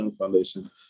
Foundation